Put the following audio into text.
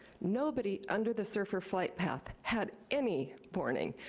nobody under the serfr flight path had any warning.